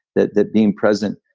the the being present.